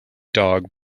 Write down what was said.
dog